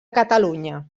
catalunya